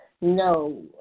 No